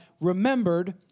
remembered